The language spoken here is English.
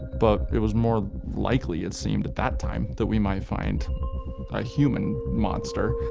but it was more likely it seemed, at that time, that we might find a human monster.